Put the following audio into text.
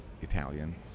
italian